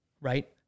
right